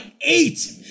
eight